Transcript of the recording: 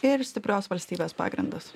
ir stiprios valstybės pagrindas